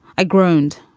i groaned,